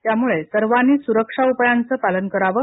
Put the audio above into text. त्यामुळे सर्वानीच सुरक्षा उपायांचं पालन करावं